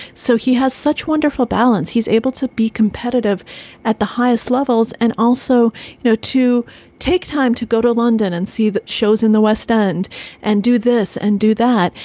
so he has such wonderful balance. he's able to be competitive at the highest levels and also know to take time to go to london and see the shows in the west end and do this and do that.